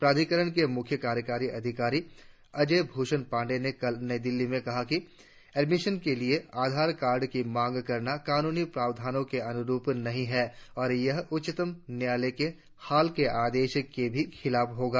प्राधिकरण के मुख्य कार्यकारी अधिकारी अजय भूषण पाण्डेय ने कल नई दिल्ली में कहा कि एडमिशन के लिए आधार कार्ड की मांग करना कानूनी प्रावधानों के अनुरुप नहीं है और यह उच्चतम न्यायालय के हाल के आदेश के भी खिलाप्ह होगा